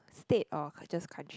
state of I just crunch